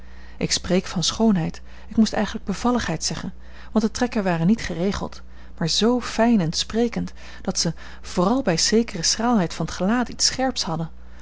ik spreek van schoonheid ik moest eigenlijk bevalligheid zeggen want de trekken waren niet geregeld maar zoo fijn en sprekend dat ze vooral bij zekere schraalheid van t gelaat iets scherps hadden